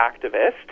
activist